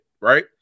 Right